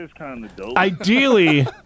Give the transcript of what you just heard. ideally